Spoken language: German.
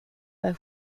bei